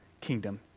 kingdom